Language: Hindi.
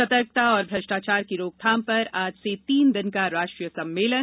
सतर्कता और भ्रष्टाचार की रोकथाम पर आज से तीन दिन का राष्ट्रीय सम्मेलन